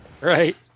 Right